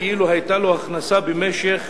כאילו היתה לו הכנסתו זו במשך